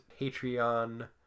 Patreon